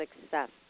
success